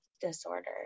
disorder